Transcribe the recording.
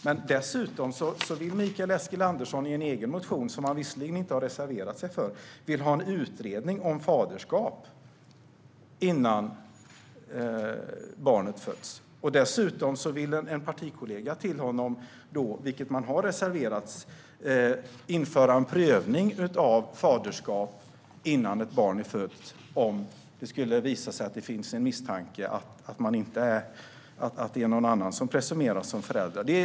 Men Mikael Eskilandersson framför i en egen motion, som han visserligen inte har reserverat sig för, att han vill ha en utredning om faderskap innan barnet föds. Dessutom vill en partikollega till honom införa en prövning av faderskap innan ett barn är fött, vilket tas upp i en reservation, om det skulle visa sig att det finns en misstanke om att det är någon annan som presumeras vara förälder.